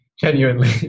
genuinely